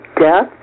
death